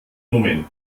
moment